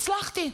הצלחתי.